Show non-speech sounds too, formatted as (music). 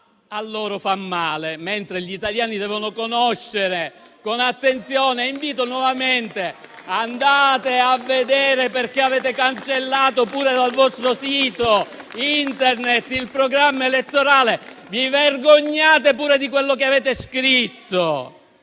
a loro fa male, mentre gli italiani devono conoscere con attenzione (applause) e vi invito nuovamente ad andare a vedere. Avete cancellato dal vostro sito internet il programma elettorale. Vi vergognate pure di quello che avete scritto.